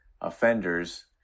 offenders